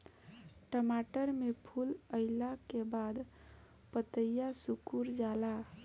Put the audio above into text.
टमाटर में फूल अईला के बाद पतईया सुकुर जाले?